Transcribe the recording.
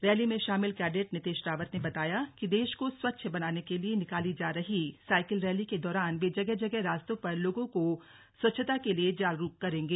rally में शामिल cadet Nitesh Rawat ने बताया कि देश को स्वच्छ बनाने के लिए निकाली जा रही साइकिल रैली के दौरान वे जगह जगह रास्तों पर लोगों को स्वच्छता के लिए जागरूक करेंगे